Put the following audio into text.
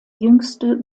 jüngste